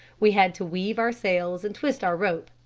we had to weave our sails and twist our rope.